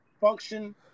function